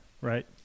right